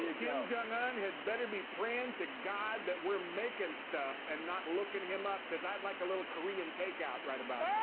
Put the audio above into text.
yeah kim jong un had better be praying to god that we're making stuff and not looking him up, because i'd like a little korean takeout right about um